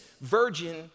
virgin